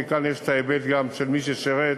כי כאן יש ההיבט גם של מי ששירת,